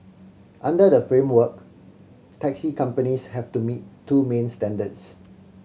under the framework taxi companies have to meet two main standards